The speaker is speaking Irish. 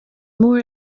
mór